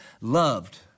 loved